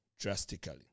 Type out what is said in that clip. drastically